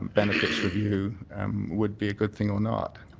benefits review would be a good thing or not.